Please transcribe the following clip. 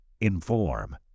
Inform